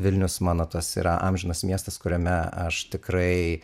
vilnius mano tas yra amžinas miestas kuriame aš tikrai